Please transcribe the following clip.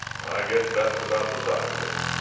i guess that's about the size of it.